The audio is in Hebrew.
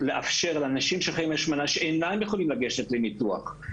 לאנשים שחיים עם השמנה שאינם יכולים לגשת לניתוח,